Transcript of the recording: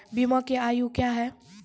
बीमा के आयु क्या हैं?